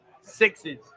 sixes